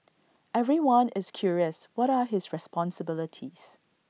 everyone is curious what are his responsibilities